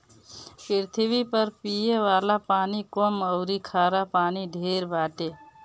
पृथ्वी पर पिये वाला पानी कम अउरी खारा पानी ढेर बाटे